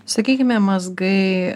sakykime mazgai